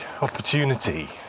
opportunity